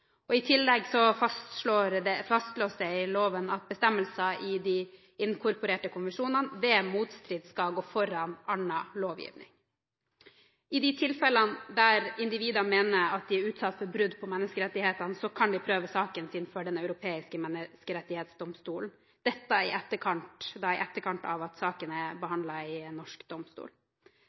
I tillegg fastslås det i loven at bestemmelser i de inkorporerte konvensjonene ved motstrid skal gå foran annen lovgivning. I de tilfeller der individer mener at de er utsatt for brudd på menneskerettighetene, kan de prøve saken sin for Den europeiske menneskerettighetsdomstol – dette da i etterkant av at saken er behandlet i norsk domstol.